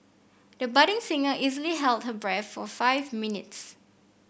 the budding singer easily held her breath for five minutes